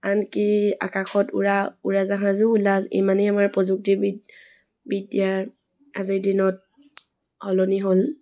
আনকি আকাশত উৰা উৰাজাহাজো ওলাল ইমানেই আমাৰ প্ৰযুক্তি বিদ্যাৰ আজিৰ দিনত সলনি হ'ল